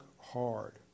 hard